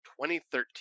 2013